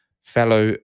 fellow